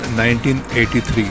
1983